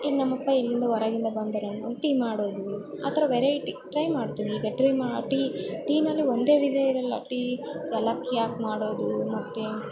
ಈಗ ನಮ್ಮಅಪ್ಪ ಎಲ್ಲಿಂದ ಹೊರಗಿಂದ ಬಂದರೇ ಒಂದು ಟೀ ಮಾಡೋದು ಆ ಥರ ವೆರೈಟಿ ಟ್ರೈ ಮಾಡ್ತೀನಿ ಈಗ ಟ್ರೀ ಮಾ ಟೀ ಟೀನಲ್ಲಿ ಒಂದೇ ವಿಧ ಇರೋಲ್ಲ ಟೀ ಏಲಕ್ಕಿ ಹಾಕ್ ಮಾಡೋದೂ ಮತ್ತು